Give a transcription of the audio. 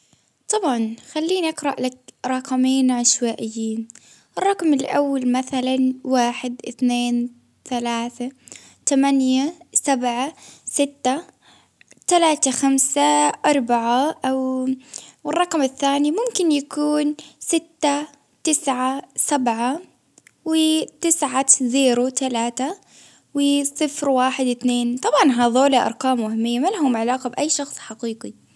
طبعا خليني أقرأ لك رقمين عشوائيين، الرقم الأول مثلا واحد، اثنان، ثلاثة، ثمانية، سبعة، ستة، ثلاثة، خمسة، أربعة، ـو والرقم الثاني ممكن يكون ستة، تسعة، تسعة، صفر، تلاتة وصفر، واحد، إتنين ،طبعا هذولا أرقامهم وهمية ما إلها علاقة بأي شخص حقيقي.